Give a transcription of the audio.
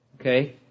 Okay